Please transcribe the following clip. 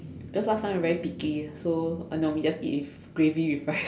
that's why sometime very picky so normally I just eat with gravy with rice